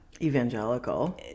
Evangelical